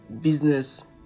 business